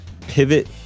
Pivot